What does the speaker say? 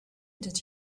did